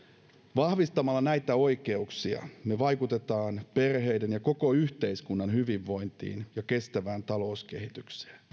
vahvistamalla näitä oikeuksia me vaikutamme perheiden ja koko yhteiskunnan hyvinvointiin ja kestävään talouskehitykseen